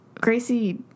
Gracie